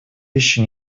еще